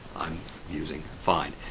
i'm using find.